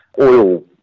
oil